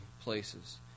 places